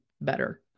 better